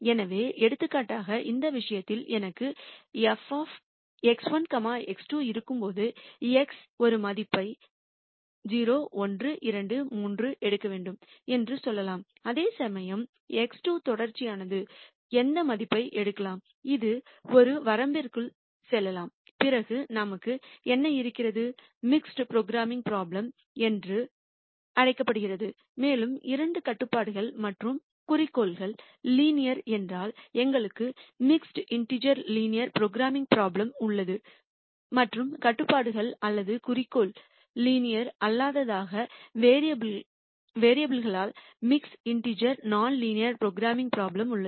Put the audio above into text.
எனவே எடுத்துக்காட்டாக இந்த விஷயத்தில் எனக்கு f x1 x2 இருக்கும்போது x ஒரு மதிப்பை 0 1 2 3 எடுக்க வேண்டும் என்று சொல்லலாம் அதேசமயம் x2 தொடர்ச்சியானது எந்த மதிப்பையும் எடுக்கலாம் அது ஒரு வரம்பிற்குள் சொல்லலாம் பிறகு நமக்கு என்ன இருக்கிறது மிக்ஸ்டு ப்ரோக்ராமிங் ப்ரோப்லேம் என்று அழைக்கப்படுகின்றன மேலும் இரண்டு கட்டுப்பாடுகள் மற்றும் குறிக்கோள் லீனியர் என்றால் எங்களுக்கு mixed integer linear programming problem உள்ளது மற்றும் கட்டுப்பாடுகள் அல்லது குறிக்கோள் லீனியர் அல்லாததாக வேரியபுல் னால் mixed integer non linear programming problem உள்ளது